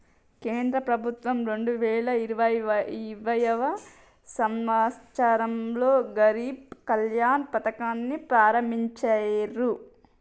కేంద్ర ప్రభుత్వం రెండు వేల ఇరవైయవ సంవచ్చరంలో గరీబ్ కళ్యాణ్ పథకాన్ని ప్రారంభించిర్రు